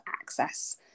access